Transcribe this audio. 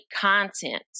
content